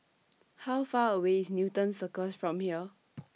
How Far away IS Newton Circus from here